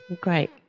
great